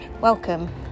welcome